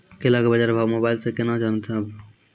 केला के बाजार भाव मोबाइल से के ना जान ब?